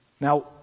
now